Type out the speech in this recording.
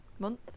month